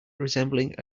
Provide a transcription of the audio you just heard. resembling